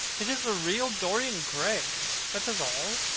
it is the real dorian gray that is all.